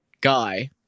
guy